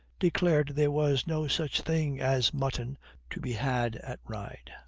declared there was no such thing as mutton to be had at ryde.